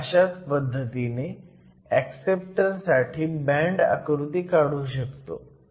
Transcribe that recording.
आपण अशाच पद्धतीने ऍक्सेप्टर साठी बँड आकृती काढू शकतो